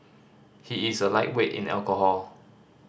he is a lightweight in alcohol